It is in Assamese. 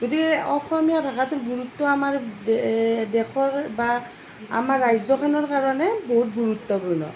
গতিকে অসমীয়া ভাষাটোৰ গুৰুত্ব আমাৰ দেশৰ বা আমাৰ ৰাজ্যখনৰ কাৰণে বহুত গুৰুত্বপূৰ্ণ